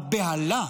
זה בובה על חוט.